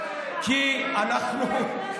כי אנחנו,